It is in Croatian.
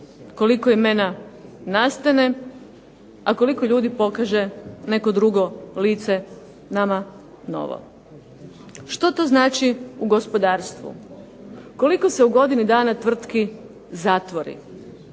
koliko imena nastane, a koliko ljudi pokaže neko drugo lice nama novo. Što to znači u gospodarstvu, koliko se u godini dana tvrtki zatvori,